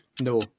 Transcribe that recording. No